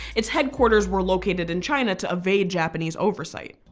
it's headquarters, were located in china to evade japanese oversight.